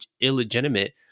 illegitimate